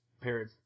period